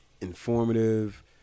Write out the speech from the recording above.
informative